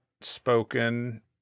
spoken